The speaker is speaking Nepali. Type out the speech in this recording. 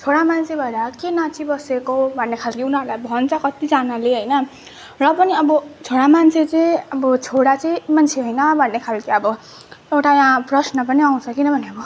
छोरा मान्छे भएर के नाँचिबसेको भन्ने खालको उनीहरूलाई भन्छ कतिजनाले होइन र पनि अब छोरा मान्छे चाहिँ अब छोरा चाहिँ मान्छे होइन भन्ने खालको अब एउटा यहाँ प्रश्न पनि आउँछ किनभने अब